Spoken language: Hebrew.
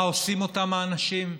מה עושים אותם האנשים?